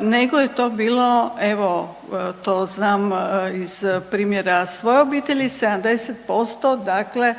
nego je to bilo evo to znam iz primjera svoje obitelji 70% dakle